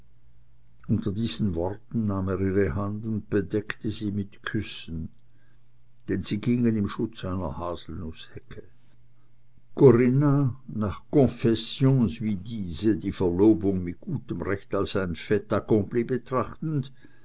unter diesen worten nahm er ihre hand und bedeckte sie mit küssen denn sie gingen im schutz einer haselnußhecke corinna nach confessions wie diese die verlobung mit gutem recht als ein fait accompli betrachtend